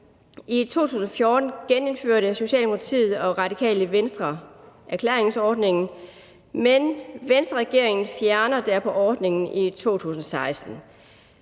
I 2014 genindførte Socialdemokratiet og Radikale Venstre erklæringsordningen, men Venstreregeringen fjernede derpå ordningen i 2016.